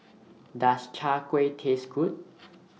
Does Chai Kueh Taste Good